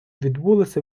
відбулася